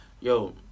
Yo